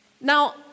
Now